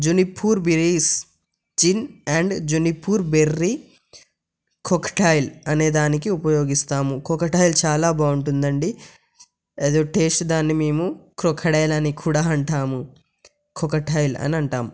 juniper Venice gin and juniper berry cocktail అనే దానికి ఉపయోగిస్తాము కాక్టెల్ చాలా బాగుంటుందండి ఏదో టేస్ట్ దాన్ని మేము క్రోకడైల్ అని కూడా అంటాము కాక్టెల్ అని అంటాము